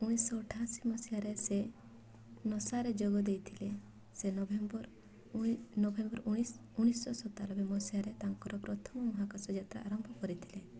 ଉଣେଇଶି ଶହ ଅଠାଅଶୀ ମସିହାରେ ସେ ନାସାରେ ଯୋଗଦେଇଥିଲେ ସେ ନଭେମ୍ବର ନଭେମ୍ବର ଉଣେଇଶି ଶହ ସତାନବେ ମସିହାରେ ତାଙ୍କର ପ୍ରଥମ ମହାକାଶଯାତ୍ରା ଆରମ୍ଭ କରିଥିଲେ